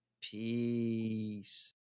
Peace